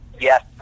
Yes